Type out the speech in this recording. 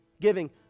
giving